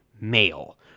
male